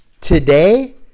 today